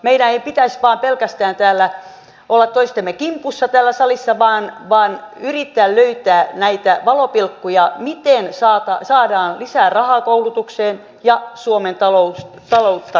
meidän ei pitäisi vain pelkästään olla toistemme kimpussa täällä salissa vaan yrittää löytää näitä valopilkkuja miten saadaan lisää rahaa koulutukseen ja suomen taloutta virkistämään